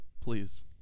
please